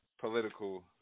political